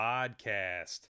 Podcast